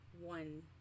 one